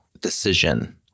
decision